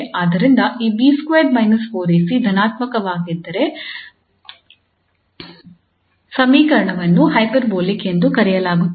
ಆದ್ದರಿಂದ ಈ 𝐵2 − 4𝐴𝐶 ಧನಾತ್ಮಕವಾಗಿದ್ದರೆ ಸಮೀಕರಣವನ್ನು ಹೈಪರ್ಬೋಲಿಕ್ ಎಂದು ಕರೆಯಲಾಗುತ್ತದೆ